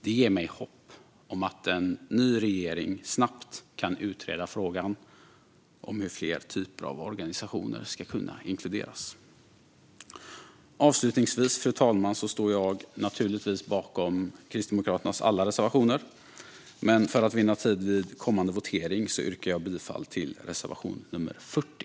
Detta ger mig hopp om att en ny regering snabbt kan utreda frågan hur fler typer av organisationer ska kunna inkluderas. Avslutningsvis, fru talman, står jag naturligtvis bakom alla Kristdemokraternas reservationer, men för att vinna tid vid kommande votering yrkar jag bifall endast till reservation 40.